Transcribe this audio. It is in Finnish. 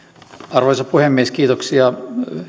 arvoisa puhemies kiitoksia